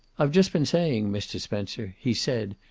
i've just been saying, mr. spencer, he said,